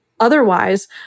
Otherwise